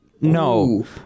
no